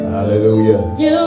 Hallelujah